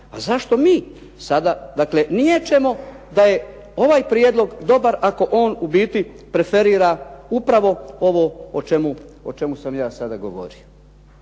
A zašto mi, sada niječemo da je ovaj prijedlog dobar ako on u biti preferira upravo ovo o čemu sam ja sada govorio.